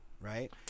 right